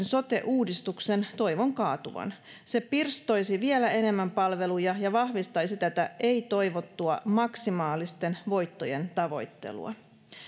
sote uudistuksen toivon kaatuvan se pirstoisi vielä enemmän palveluja ja vahvistaisi tätä ei toivottua maksimaalisten voittojen tavoittelua